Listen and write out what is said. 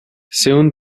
soon